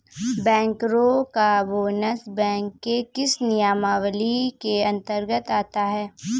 बैंकरों का bonus bank के किस नियमावली के अंतर्गत आता है?